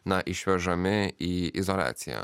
na išvežami į izoliaciją